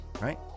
right